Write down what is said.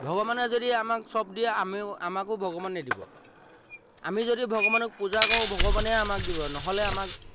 ভগৱানে যদি আমাক চব দিয়ে আমিও আমাকো ভগৱানেই দিব আমি যদি ভগৱানক পূজা কৰোঁ ভগৱানেই আমাক দিব নহ'লে আমাক